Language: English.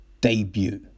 debut